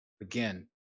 Again